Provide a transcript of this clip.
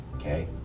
okay